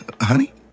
Honey